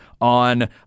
on